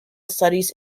studies